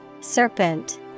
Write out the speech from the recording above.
Serpent